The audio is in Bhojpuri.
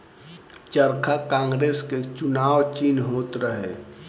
चरखा कांग्रेस के चुनाव चिन्ह होत रहे